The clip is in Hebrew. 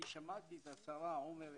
אני שמעתי את השרה עומר ינקלביץ'